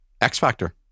x-factor